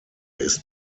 ist